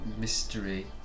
mystery